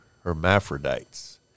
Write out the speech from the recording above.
hermaphrodites